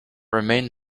remain